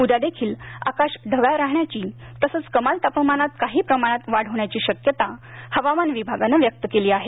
उद्यादेखील आकाश ढगाळ राहण्याची तसंच कमाल तापमानात काही प्रमाणात वाढ होण्याची शक्यता हवामान विभागानं व्यक्त केली आहे